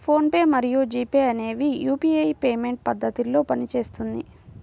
phone pay మరియు G pay అనేవి UPI payment పద్ధతిలో పనిచేస్తుంది